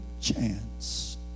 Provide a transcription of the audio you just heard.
chance